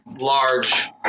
large